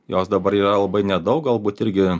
jos dabar yra labai nedaug galbūt irgi